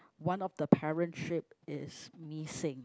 one of the parent sheep is missing